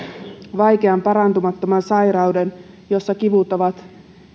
vaikean parantumattoman sairauden jossa kivut ovat